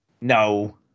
No